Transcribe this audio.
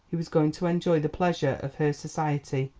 he was going to enjoy the pleasure of her society.